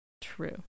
true